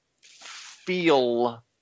feel